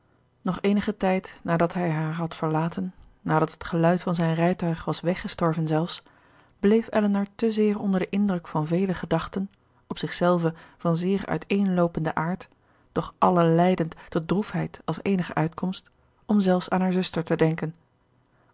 nog eenigen tijd nadat hij haar had verlaten nadat het geluid van zijn rijtuig was weggestorven zelfs bleef elinor te zeer onder den indruk van vele gedachten op zichzelve van zeer uiteenloopenden aard doch alle leidend tot droefheid als eenige uitkomst om zelfs aan haar zuster te denken